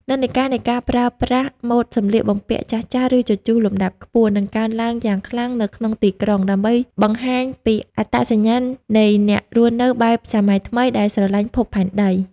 និន្នាការនៃការប្រើប្រាស់ "ម៉ូដសម្លៀកបំពាក់ចាស់ៗ ឬជជុះលំដាប់ខ្ពស់" នឹងកើនឡើងយ៉ាងខ្លាំងនៅក្នុងទីក្រុង ដើម្បីបង្ហាញពីអត្តសញ្ញាណនៃអ្នករស់នៅបែបសម័យថ្មីដែលស្រឡាញ់ភពផែនដី។